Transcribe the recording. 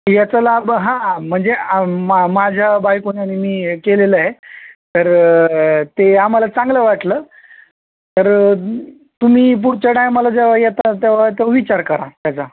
ह्याचा लाभ हा म्हणजे मा माझ्या बायकोने आणि मी हे केलेले आहे तर ते आम्हाला चांगलं वाटलं तर तुम्ही पुढच्या टायमाला जेव्हा येता तेव्हा विचार करा ह्याचा